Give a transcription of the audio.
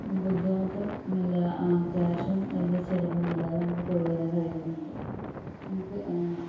ബുദ്ധിമുട്ടും ഇല്ല ക്യാഷും വലിയ ചിലവൊന്നുമില്ല നമുക്ക് പോയി വരാൻ കഴിയുന്നുണ്ട് എനിക്ക്